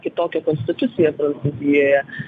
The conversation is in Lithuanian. kitokia konstitucija prancūzijoje